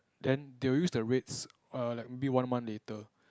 then they will use the rates err like maybe one month later